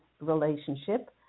relationship